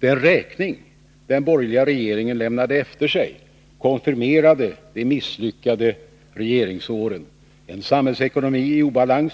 Den räkning den borgerliga regeringen lämnade efter sig konfirmerade de misslyckade regeringsåren: en samhällsekonomi i obalans,